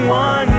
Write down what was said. one